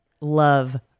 love